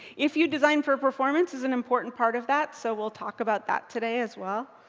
if you design for performance is an important part of that. so we'll talk about that today as well.